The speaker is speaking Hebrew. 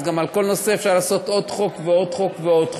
אז על כל נושא אפשר לעשות עוד חוק ועוד חוק ועוד חוק.